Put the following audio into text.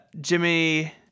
Jimmy